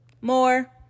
More